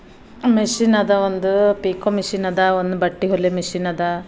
machine ಅದ ಒಂದು pico machine ಅದ ಒಂದು ಬಟ್ಟೆ ಹೊಲಿಯೋ ಮಿಷನ್ ಅದ